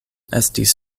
estis